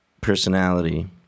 personality